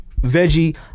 veggie